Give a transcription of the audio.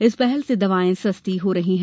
इस पहल से दवाएं सस्ती हो रही हैं